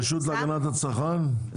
הרשות להגנת הצרכן,